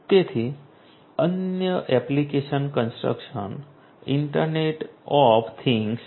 તેથી અન્ય application construction internet of things છે